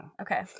Okay